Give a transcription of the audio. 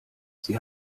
sie